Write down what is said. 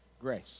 grace